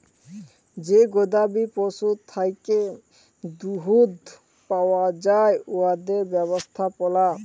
যে গবাদি পশুর থ্যাকে দুহুদ পাউয়া যায় উয়াদের ব্যবস্থাপলা